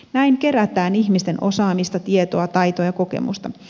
näin kerätään ihmisten osaamista tietoa taitoa ja kokemusta